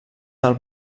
del